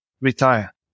retire